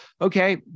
okay